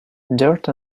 dirt